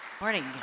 Morning